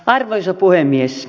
arvoisa puhemies